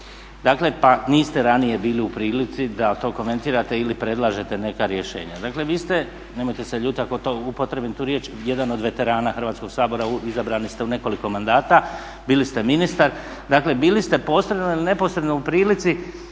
jučer pa niste ranije bili u prilici da to komentirate ili predlažete neka rješenja. Dakle vi ste, nemojte se ljutiti ako upotrijebim tu riječ jedan od veterana Hrvatskog sabora, izabrani ste u nekoliko mandata, bili ste ministar, dakle bili ste posredno ili neposredno u prilici